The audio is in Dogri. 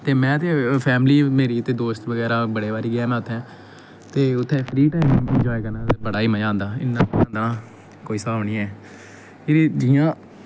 में ते फैमली मेरी ते दोस्त बगैरा बड़े बारी गेआ में उत्थें ते उत्थें फ्री टाईम इंजाए करने दा बड़ा ई मज़ा आंदा इन्ना मज़ा आंदा कोई स्हाब निं ऐ कि जियां